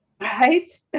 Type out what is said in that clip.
right